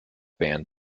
band